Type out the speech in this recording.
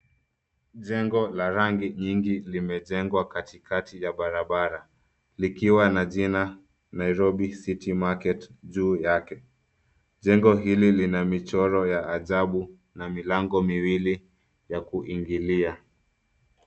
Jengo la rangi nyingi limejengwa katikati ya barabara. Likiwa na jina Nairobi City Market juu yake. Jengo hili lina michoro ya ajabu na milango miwili ya kuingilia.